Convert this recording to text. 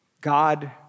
God